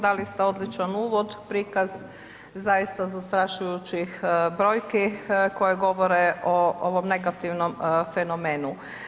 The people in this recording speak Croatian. Dali ste odličan uvod, prikaz, zaista zastrašujućih brojki, koji govore o ovom negativnom fenomenu.